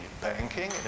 banking